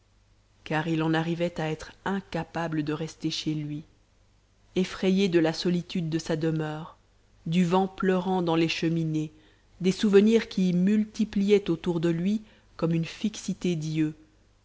car il en arrivait à être incapable de rester chez lui effrayé de la solitude de sa demeure du vent pleurant dans les cheminées des souvenirs qui y multipliaient autour de lui comme une fixité d'yeux